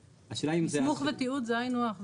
השאלה אם זה --- מסמוך ותיעוד זה הינו הך.